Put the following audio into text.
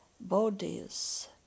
bodies